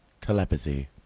Telepathy